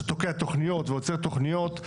שתוקע תוכניות ועוצר תוכניות.